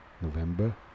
November